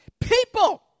People